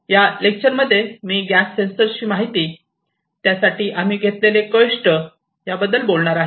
या लेक्चर मध्ये मी गॅस सेंसरची माहिती त्यासाठी आम्ही घेतलेले कष्ट याबद्दल बोलणार आहे